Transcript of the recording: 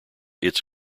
its